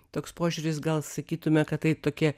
toks požiūris gal sakytume kad tai tokie